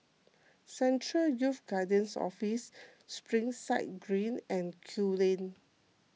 Central Youth Guidance Office Springside Green and Kew Lane